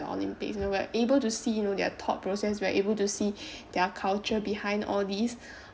olympics you know we're able to see you know their thought process we are able to see their culture behind all this